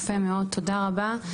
יפה מאוד, תודה רבה.